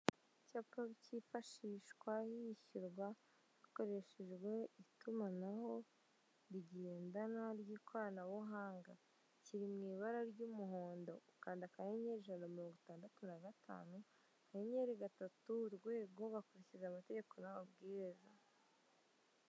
Icyapa cyifashishwa yishyurwa hakoreshejwe itumanaho rigendanwa ry'ikoranabuhanga, kiri mu ibara ry'umuhondo ukanda akanyenyeri ijana na mirongo itandatu na gatanu akanyenyeri gatatu urwego bakurikiza amategeko n'amabwiriza.